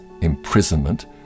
imprisonment